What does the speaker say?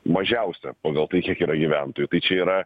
mažiausia pagal tai kiek yra gyventojų tai čia yra